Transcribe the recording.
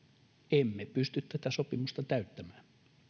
emme pysty tätä sopimusta täyttämään